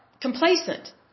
complacent